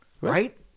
Right